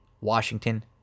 Washington